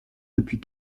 depuis